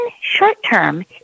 short-term